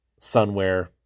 sunwear